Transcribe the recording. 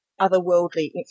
otherworldly